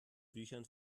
büchern